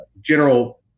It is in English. general